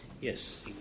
Yes